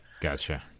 gotcha